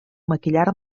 maquillar